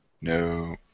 no